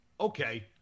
okay